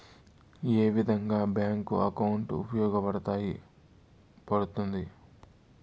ఏ విధంగా bank account ఉపయోగపడతాయి పడ్తుంది